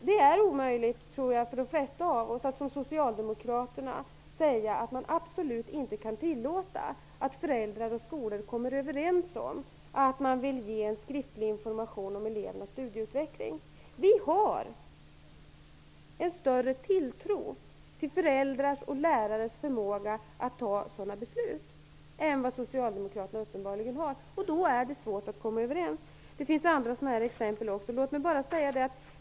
Jag tror att det för de flesta av oss är omöjligt att som Socialdemokraterna säga att man absolut inte kan tillåta att föräldrar och skolor kommer överens om att man vill ge en skriftlig information om elevernas studieutveckling. Vi har en större tilltro till föräldrars och lärares förmåga att fatta sådana beslut än vad Socialdemokraterna uppenbarligen har, och då är det svårt att komma överens. Det finns också andra liknande exempel.